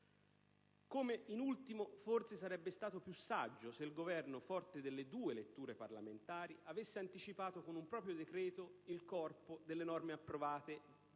stesso modo, forse sarebbe stato più saggio se il Governo, forte delle due letture parlamentari, avesse anticipato con un proprio decreto il corpo delle norme approvate